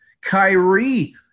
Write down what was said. Kyrie